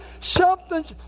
Something's